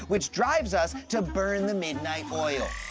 which drives us to burn the midnight oil.